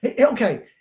Okay